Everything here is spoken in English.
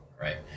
right